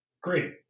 Great